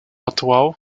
atual